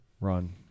run